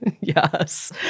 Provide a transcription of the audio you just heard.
Yes